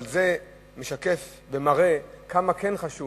אבל זה משקף ומראה כמה חשוב